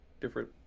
different